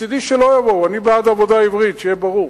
מצדי שלא יבואו, אני בעד עבודה עברית, שיהיה ברור.